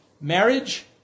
Marriage